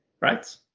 right